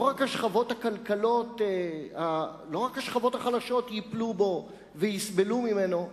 לא רק השכבות החלשות ייפלו בו ויסבלו ממנו.